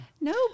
No